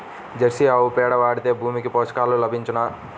Jersey ఆవు పేడ వాడితే భూమికి పోషకాలు లభించునా?